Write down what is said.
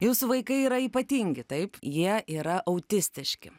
jūsų vaikai yra ypatingi taip jie yra autistiški